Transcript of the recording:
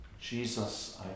Jesus